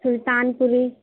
Sultanpuri